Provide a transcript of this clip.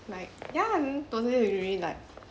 like ya already like